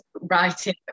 writing